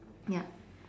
ya